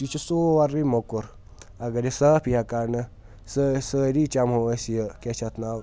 یہِ چھُ سورُے موٚکُر اگر یہِ صاف یہِ ہہ کرنہٕ سٲ سٲری چَمہو أسۍ یہِ کیٛاہ چھِ اَتھ ناو